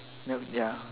no ya